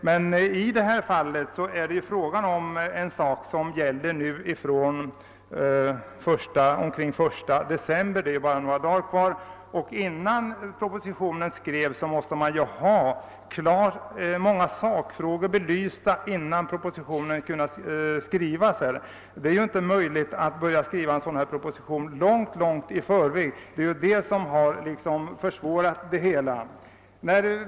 Men det är fråga om bestämmelser som skall börja gälla omkring den 1 december — det är ju bara några dagar kvar dit — och innan propositionen kunde skrivas måste man ha många sakfrågor belysta. Det är inte möjligt att börja skriva en sådan här proposition långt i förväg, och det är detta som försvårat det hela.